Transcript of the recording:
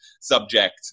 subject